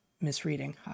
misreading